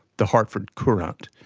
the hartford courant,